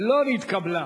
לא נתקבלה.